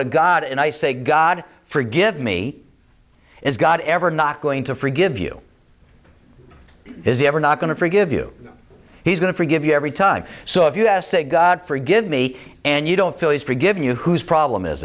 to god and i say god forgive me is god ever not going to forgive you is ever not going to forgive you he's going to forgive you every time so if you ask god forgive me and you don't feel he's forgiven you who's problem is